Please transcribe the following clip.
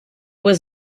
was